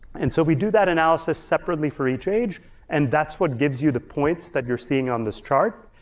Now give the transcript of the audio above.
and so we do that analysis separately for each age and that's what gives you the points that you're seeing on this chart.